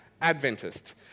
Adventist